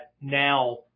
now